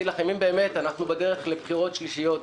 לכם: אם באמת אנחנו בדרך לבחירות שלישיות,